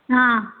ஆ